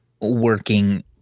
working